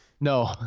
no